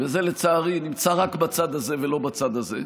וזה לצערי נמצא רק בצד הזה ולא בצד הזה,